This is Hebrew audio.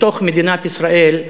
בתוך מדינת ישראל,